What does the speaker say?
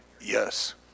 Yes